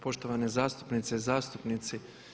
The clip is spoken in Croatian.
Poštovane zastupnice i zastupnici.